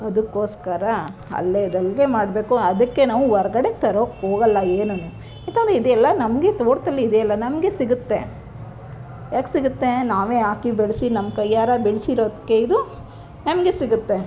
ಅದಕ್ಕೋಸ್ಕರ ಅಲ್ಲಿದ್ದು ಅಲ್ಲಿಗೆ ಮಾಡಬೇಕು ಅದಕ್ಕೆ ನಾವು ಹೊರ್ಗಡೆ ತರೋಕೆ ಹೋಗಲ್ಲ ಏನನ್ನು ಯಾಕೆಂದ್ರೆ ಇದೆಲ್ಲ ನಮಗೆ ತೋಟದಲ್ಲಿ ಇದೆ ಅಲ್ಲ ನಮಗೆ ಸಿಗುತ್ತೆ ಯಾಕೆ ಸಿಗುತ್ತೆ ನಾವೇ ಹಾಕಿ ಬೆಳೆಸಿ ನಮ್ಮ ಕೈಯ್ಯಾರ ಬೆಳೆಸಿರೋದ್ಕೆ ಇದು ನಮಗೆ ಸಿಗುತ್ತೆ